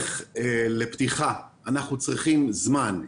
להיערך לפתיחה אנחנו צריכים זמן.